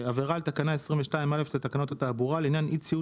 עבירה על תקנה 22(א) לתקנות התעבורה לעניין אי ציות